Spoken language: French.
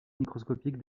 microscopique